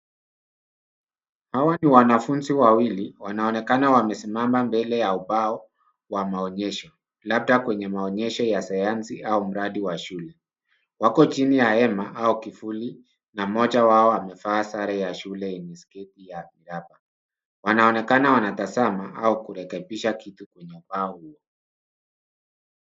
Hawa ni wanafunzi wawili wanaonekana wamesimama mbele ya ubao wa maonyesho labda kwenye maonyesho ya sayansi au mradi wa shule. Wako chini ya hema au kivuli na mmoja wao amevaa sare ya shule yenye sketi ya miraba. Wanaonekana wanatazama au kurekebisha kitu kwenye ubao.